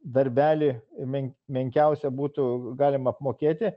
darbelį menk menkiausią būtų galima apmokėti